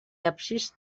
absis